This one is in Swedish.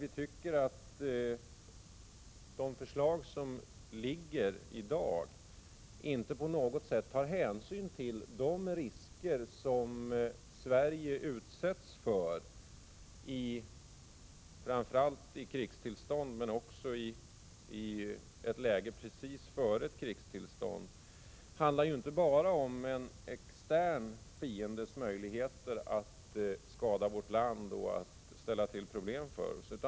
Vi tycker att man i det förslag som i dag ligger inte på något sätt tar hänsyn till de risker som Sverige utsätts för i framför allt krigstillstånd men också i ett läge precis före ett krigstillstånd. Det handlar inte bara om en extern fiendes möjligheter att skada vårt land och ställa till problem för oss.